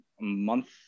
month